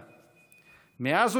מכן,